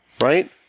Right